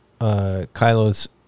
Kylo's